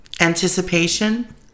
anticipation